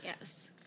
Yes